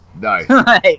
Nice